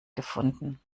gefunden